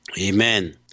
Amen